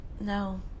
no